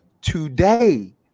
today